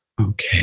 Okay